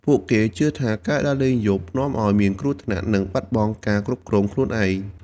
ពួកគេជឿថា ការដើរលេងយប់នាំឱ្យមានគ្រោះថ្នាក់ និងបាត់បង់ការគ្រប់គ្រងខ្លួនឯង។